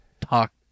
talk